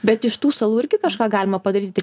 bet iš tų salų irgi kažką galima padaryti